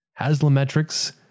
Haslametrics